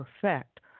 perfect